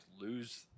lose